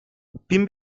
bin